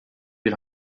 bir